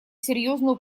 серьезную